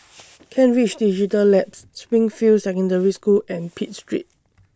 Kent Ridge Digital Labs Springfield Secondary School and Pitt Street